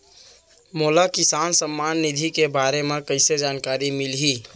मोला किसान सम्मान निधि के बारे म कइसे जानकारी मिलही?